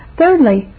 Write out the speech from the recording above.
Thirdly